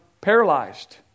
paralyzed